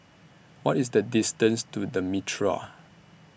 What IS The distance to The Mitraa